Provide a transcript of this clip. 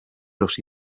los